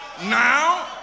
now